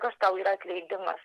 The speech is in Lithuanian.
kas tau yra atleidimas